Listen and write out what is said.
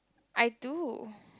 I do